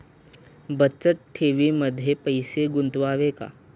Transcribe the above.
बचत ठेवीमध्ये पैसे गुंतवावे का?